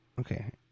Okay